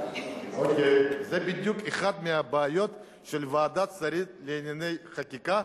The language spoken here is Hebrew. זה בדיוק אחת הבעיות של ועדת השרים לענייני חקיקה,